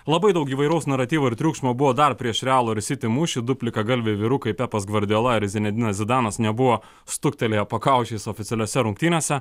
labai daug įvairaus naratyvo ir triukšmo buvo dar prieš realo ir city mūšį du plikagalviai vyrukai pepas gvardiola ir zinedinas zidanas nebuvo stuktelėjo pakaušiais oficialiose rungtynėse